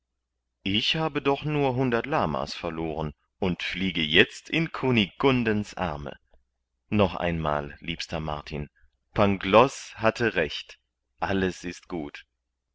ich habe doch nur hundert lama's verloren und fliege jetzt in kunigundens arme noch einmal liebster martin pangloß hatte recht alles ist gut